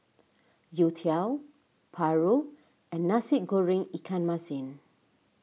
Youtiao Paru and Nasi Goreng Ikan Masin